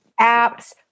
apps